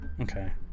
Okay